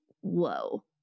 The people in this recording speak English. whoa